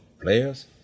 players